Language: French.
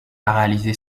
paralysé